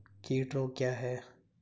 कीट रोग क्या है?